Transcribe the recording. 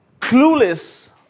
clueless